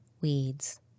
Weeds